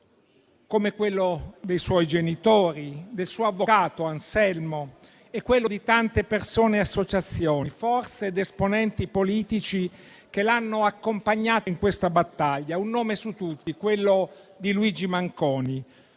come quello dei suoi genitori, del suo avvocato Anselmo e quello di tante persone e associazioni, forze ed esponenti politici che l'hanno accompagnata in questa battaglia. E faccio un nome su tutti, quello di Luigi Manconi.